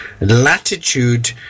latitude